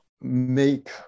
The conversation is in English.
make